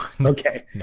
Okay